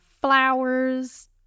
flowers